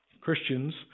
Christians